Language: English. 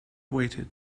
waited